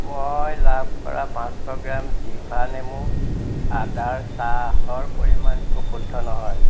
মই লাভ কৰা পাঁচশ গ্ৰাম ডিভা নেমু আদাৰ চাহৰ পৰিমাণটো শুদ্ধ নহয়